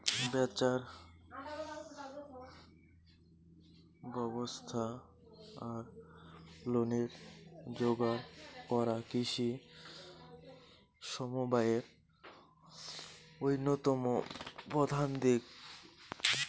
ব্যাচার ব্যবস্থা আর লোনের যোগার করা কৃষি সমবায়ের অইন্যতম প্রধান দিক